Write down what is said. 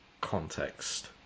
context